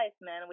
man